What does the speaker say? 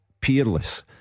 peerless